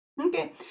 Okay